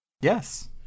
Yes